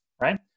right